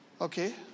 okay